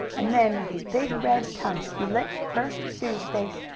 and then, with his big red tongue, he licked first sue's face,